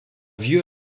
vieux